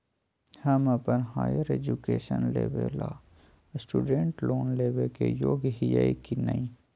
हम अप्पन higher education लेबे ला स्टूडेंट लोन लेबे के योग्य हियै की नय?